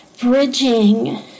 bridging